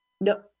No